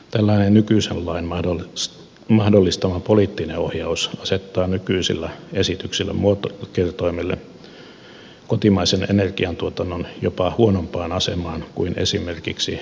tällainen nykyisen lain mahdollistama poliittinen ohjaus asettaa nykyisillä esitetyillä muotokertoimilla kotimaisen energiantuotannon jopa huonompaan asemaan kuin jos sitä verrataan esimerkiksi tuontiöljyyn